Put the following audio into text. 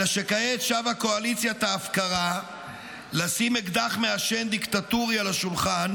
אלא שכעת שבה קואליציית ההפקרה לשים אקדח מעשן דיקטטורי על השולחן,